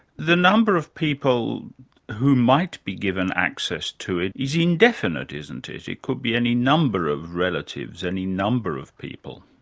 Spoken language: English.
the number of people who might be given access to it is indefinite, isn't it? it could be any number of relatives, any number of people?